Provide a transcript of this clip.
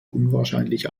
unwahrscheinlich